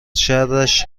شرش